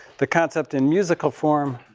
the concept in musical form,